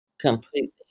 Completely